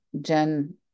Jen